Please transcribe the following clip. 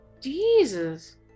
jesus